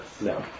No